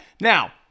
now